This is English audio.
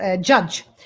judge